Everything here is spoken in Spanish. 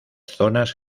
zonas